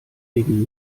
wegen